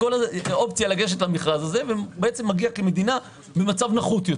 האופציה לגשת למכרז ומגיע כמדינה במצב נחות.